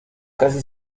casi